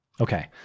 Okay